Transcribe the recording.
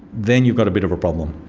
then you've got a bit of a problem.